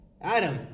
Adam